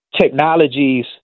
technologies